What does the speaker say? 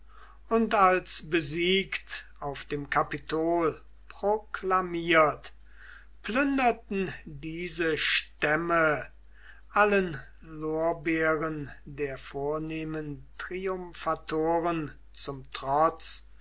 und als besiegt auf dem kapitol proklamiert plünderten diese stämme allen lorbeeren der vornehmen triumphatoren zum trotz